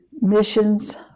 missions